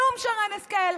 כלום, שרן השכל.